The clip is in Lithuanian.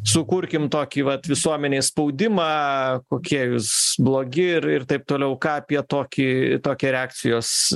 sukurkim tokį vat visuomenėj spaudimą kokie jūs blogi ir ir taip toliau ką apie tokį tokią reakcijos